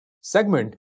segment